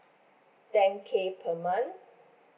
ten K per month